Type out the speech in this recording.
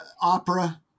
opera